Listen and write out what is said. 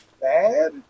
bad